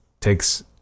takes